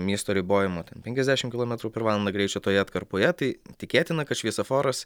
miesto ribojimų penkiasdešim kilometrų per valandą greičio toje atkarpoje tai tikėtina kad šviesoforas